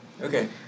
Okay